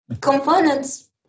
components